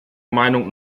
meinung